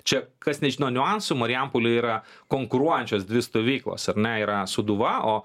čia kas nežino niuansų marijampolėj yra konkuruojančios dvi stovyklos ar ne yra sūduva o